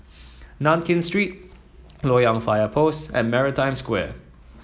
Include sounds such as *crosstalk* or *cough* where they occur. Nankin Street *noise* Loyang Fire Post and Maritime Square